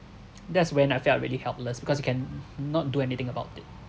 that's when I felt really helpless because you can not do anything about it